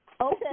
Okay